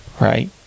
right